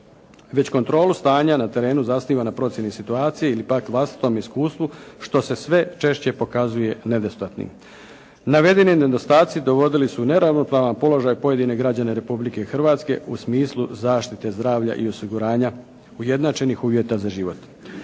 već kontrolu stanja na terenu zasnivana na procjeni situacije ili pak vlastitom iskustvu što se sve češće pokazuje nedostatnim. Navedeni nedostaci dovodili su u neravnopravan položaj pojedine građane Republike Hrvatske u smislu zaštite zdravlja i osiguranja u jednačenih uvjeta za život.